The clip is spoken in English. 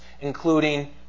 including